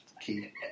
key